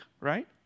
right